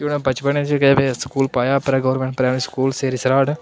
ते में बचपनै च गै स्कूल पाया अपने गौरमेंट स्कूल सेरी सराढ़